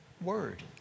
word